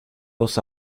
dos